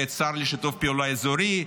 ואת השר לשיתוף פעולה אזורי,